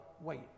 wait